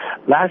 Last